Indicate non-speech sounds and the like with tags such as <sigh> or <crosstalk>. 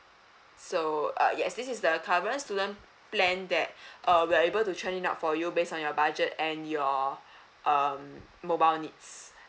so uh yes this is the current student plan that <breath> uh we are able to churn it out for you based on your budget and your <breath> um mobile needs